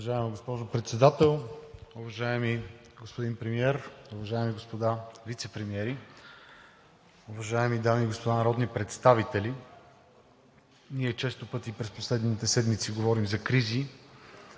Уважаема госпожо Председател, уважаеми господин Премиер, уважаеми господа вицепремиери, уважаеми дами и господа народни представители! Ние често пъти през последните седмици говорим за кризи.